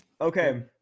Okay